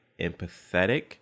empathetic